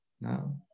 no